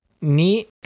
neat